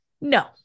No